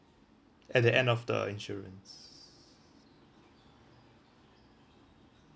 at the end of the insurance